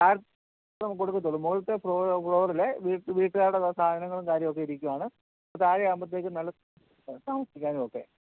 കൊടുക്കത്തൊള്ളൂ മുകളിൽത്തെ ഫ്ലോറിലെ വീട്ടുകാരുടെ സാധനങ്ങളും കാര്യവും ഒക്കെ ഇരിക്കുവാണ് താഴെ ആകുമ്പത്തേക്കും നല്ല താമസിക്കാനും ഒക്കെ